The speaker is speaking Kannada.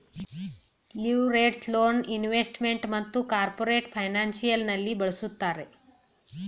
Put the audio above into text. ಲಿವರೇಜ್ಡ್ ಲೋನ್ ಇನ್ವೆಸ್ಟ್ಮೆಂಟ್ ಮತ್ತು ಕಾರ್ಪೊರೇಟ್ ಫೈನಾನ್ಸಿಯಲ್ ನಲ್ಲಿ ಬಳಸುತ್ತಾರೆ